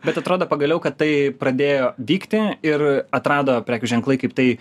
bet atrodo pagaliau kad tai pradėjo vykti ir atrado prekių ženklai kaip tai